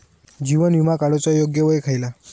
जीवन विमा काडूचा योग्य वय खयला?